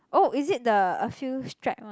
oh is it the a few stripe one